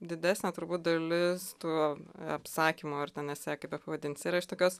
didesnė turbūt dalis tų apsakymų ar ten esė kaip bepavadinsi yra iš tokios